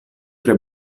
tre